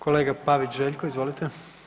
Kolega Pavić Željko, izvolite.